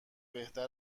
بهتر